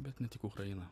bet ne tik ukraina